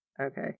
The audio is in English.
Okay